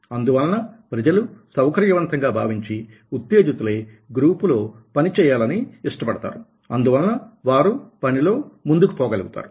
అందువలన ప్రజలు సౌకర్యవంతంగా భావించి ఉత్తేజితులై గ్రూపులో పని చేయాలని ఇష్టపడతారు అందువలన వారు పనిలో ముందుకు పోగలుగుతారు